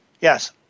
Yes